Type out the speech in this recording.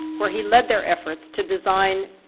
where he led their efforts to design